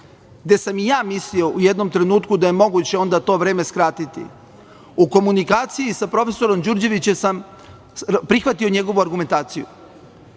gde sam i ja mislio u jednom trenutku da je moguće onda to vreme skratiti, u komunikaciji sa profesorom Đurđevićem sam prihvatio njegovu argumentaciju